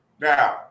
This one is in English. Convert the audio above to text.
now